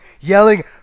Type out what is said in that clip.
yelling